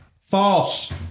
False